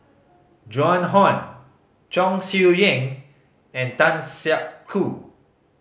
Joan Hon Chong Siew Ying and Tan Siak Kew